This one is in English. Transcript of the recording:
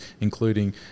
including